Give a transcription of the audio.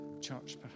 church